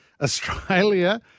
Australia